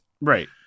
Right